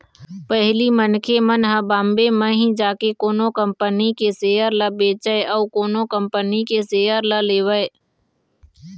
पहिली मनखे मन ह बॉम्बे म ही जाके कोनो कंपनी के सेयर ल बेचय अउ कोनो कंपनी के सेयर ल लेवय